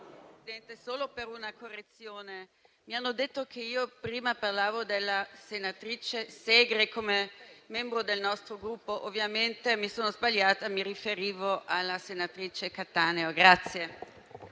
solo per una correzione. Mi hanno detto che prima ho parlato della senatrice Segre come membro del nostro Gruppo. Ovviamente mi sono sbagliata: mi riferivo alla senatrice Cattaneo.